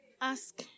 Ask